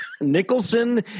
nicholson